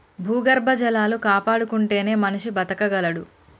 భూగర్భ జలాలు కాపాడుకుంటేనే మనిషి బతకగలడు